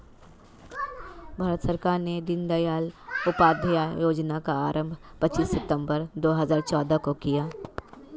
भारत सरकार ने दीनदयाल उपाध्याय योजना का आरम्भ पच्चीस सितम्बर दो हज़ार चौदह को किया